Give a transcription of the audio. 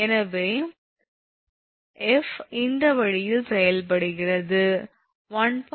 எனவே 𝐹 இந்த வழியில் செயல்படுகிறது 1